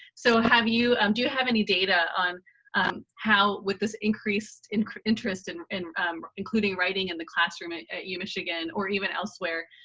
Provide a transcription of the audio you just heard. so have you um do you have any data on how, with this increased in interest in in including writing in the classroom at u michigan, or even elsewhere,